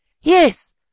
Yes